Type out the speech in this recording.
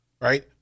right